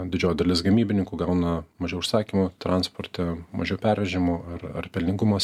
didžioji dalis gamybininkų gauna mažiau užsakymų transporte mažiau pervežimų ar ar pelningumas